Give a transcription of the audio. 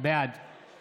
בעד